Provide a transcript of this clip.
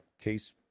case